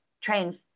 train